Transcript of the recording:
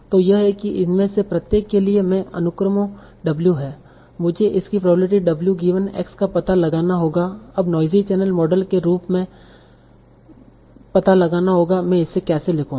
तो यह है कि इनमें से प्रत्येक के लिए है अनुक्रमो W है मुझे इसकी प्रोबेब्लिटी W गिवन x का पता लगाना होगा अब नोइजी चैनल मॉडल के रूप में लगाना होगा मैं इसे कैसे लिखूंगा